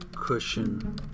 cushion